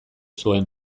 zuen